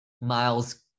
Miles